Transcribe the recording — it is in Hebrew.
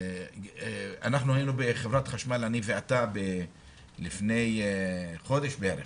אנחנו היינו בחברת חשמל, אני ואתה, לפני חודש בערך